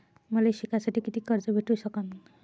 मले शिकासाठी कितीक कर्ज भेटू सकन?